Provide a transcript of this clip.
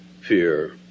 fear